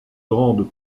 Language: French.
grande